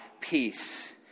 peace